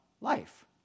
life